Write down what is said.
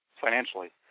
financially